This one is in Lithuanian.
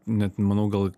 net manau gal